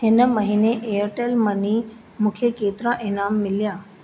हिन महिने एयरटेल मनी मूंखे केतिरा इनाम मिलिया